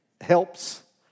helps